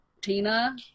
tina